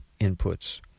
inputs